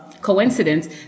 coincidence